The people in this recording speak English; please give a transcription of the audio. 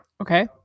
Okay